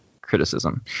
criticism